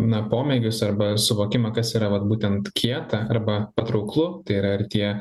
na pomėgius arba suvokimą kas yra vat būtent kieta arba patrauklu tai yra ar tie